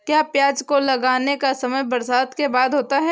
क्या प्याज को लगाने का समय बरसात के बाद होता है?